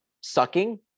sucking